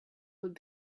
would